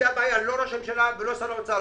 הבעיה היא לא ראש הממשלה ולא שר האוצר,